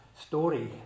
story